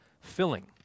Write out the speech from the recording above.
filling